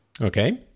Okay